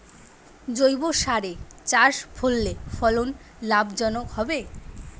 জৈবসারে চাষ করলে ফলন লাভজনক হবে?